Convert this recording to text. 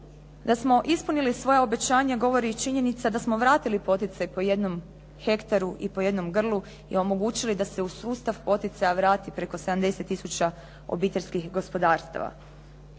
Da smo ispunili svoja obećanja govori i činjenica smo vratili poticaj po jednom hektaru i po jednom grlu i omogućili da se u sustav poticaja vrati preko 70 tisuća obiteljskih gospodarstva.